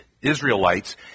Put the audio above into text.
Israelites